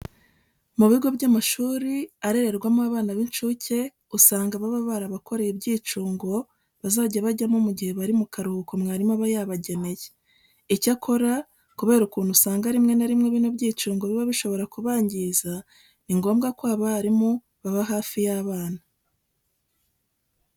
Mu bigo by'amashuri arererwamo abana b'incuke usanga baba barabakoreye ibyicungo bazajya bajyamo mu gihe bari mu karuhuko mwarimu aba yabageneye. Icyakora kubera ukuntu usanga rimwe na rimwe bino byicungo biba bishobora kubangiza, ni ngombwa ko abarimu baba hafi y'aba bana.